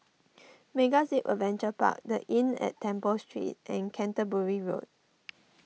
MegaZip Adventure Park the Inn at Temple Street and Canterbury Road